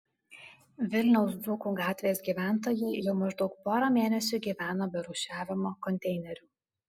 vilniaus dzūkų gatvės gyventojai jau maždaug porą mėnesių gyvena be rūšiavimo konteinerių